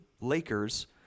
Lakers